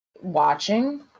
watching